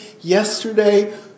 yesterday